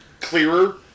clearer